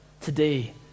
today